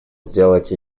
сделать